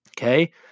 Okay